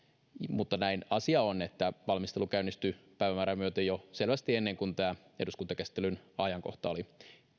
mutta näin asia on että valmistelu käynnistyi päivämäärää myöten jo selvästi ennen kuin eduskuntakäsittelyn ajankohta oli